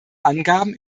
angaben